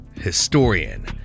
historian